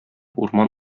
урман